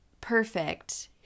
perfect